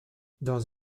dans